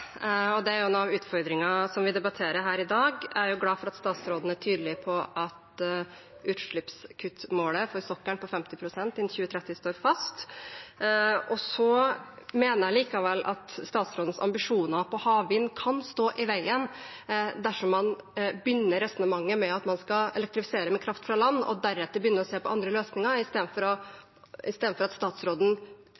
det er en av utfordringene som vi debatterer her i dag. Jeg er glad for at statsråden er tydelig på at utslippskuttmålet for sokkelen på 50 pst. innen 2030 står fast. Likevel mener jeg at statsrådens ambisjoner på havvind kan stå i veien dersom man begynner resonnementet med at man skal elektrifisere med kraft fra land og deretter begynne å se på andre løsninger,